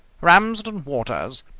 ramsden waters,